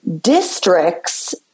districts